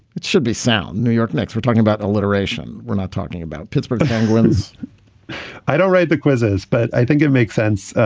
it should be sound. new york knicks were talking about alliteration. we're not talking about pittsburgh penguins i don't write the quizzes, but i think it makes sense.